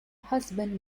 husband